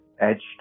edged